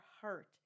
heart